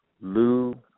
Lou